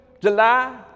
July